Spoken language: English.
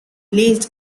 late